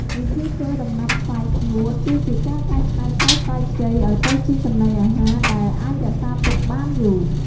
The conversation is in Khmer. វិធីធ្វើដំណាប់ស្វាយស្ងួត គឺជាការកែច្នៃផ្លែស្វាយខ្ចីឱ្យទៅជាចំណីអាហារដែលអាចរក្សាទុកបានយូរ។